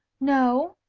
no,